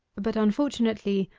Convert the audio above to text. but unfortunately,